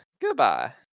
goodbye